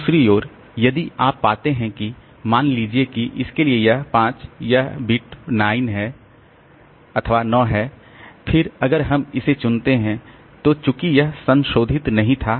दूसरी ओर यदि आप पाते हैं किमान लीजिए कि इसके लिए यह 5 यह बिट 9 है फिर अगर हम इसे चुनते हैं तो चूंकि यह संशोधित नहीं था